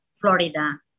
Florida